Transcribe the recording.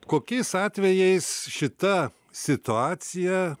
kokiais atvejais šita situacija